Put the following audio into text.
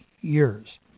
years